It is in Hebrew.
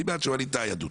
אני בעד שווליד טאהא ידון,